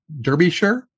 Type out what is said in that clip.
Derbyshire